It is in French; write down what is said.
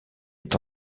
est